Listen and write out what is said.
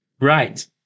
Right